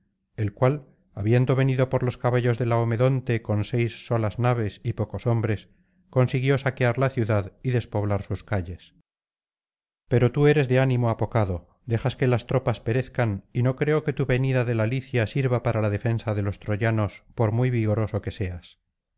el cual habiendo venido por los caballos de laomedonte con seis solas naves y pocos hombres consiguió saquear la ciudad y despoblar sus calles pero tú eres de ánimo apocado dejas que las tropas perezcan y no creo que tu venida de la licia sirva para la defensa de los troyanos por muy vigoroso que seas